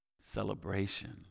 celebration